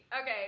Okay